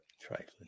Trifling